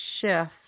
shift